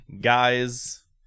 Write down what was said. guys